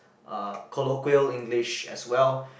ah colloquial English as well